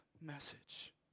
message